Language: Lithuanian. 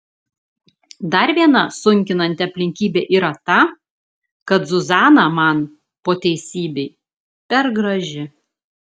dar viena sunkinanti aplinkybė yra ta kad zuzana man po teisybei per graži